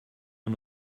man